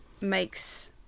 makes